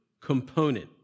component